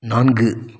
நான்கு